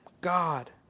God